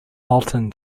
molten